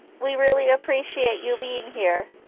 we really appreciate you being here.